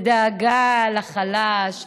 בדאגה לחלש,